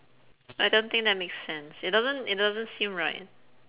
I don't think that makes sense it doesn't it doesn't seem right